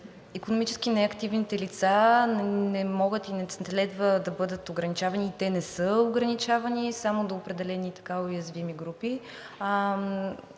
икономически неактивните лица не могат и не следва да бъдат ограничавани. Те не са ограничавани само до определени уязвими групи